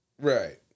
Right